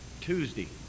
Tuesday